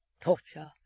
torture